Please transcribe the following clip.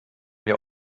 wir